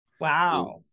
Wow